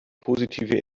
positive